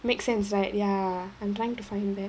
make sense right ya I'm trying to find that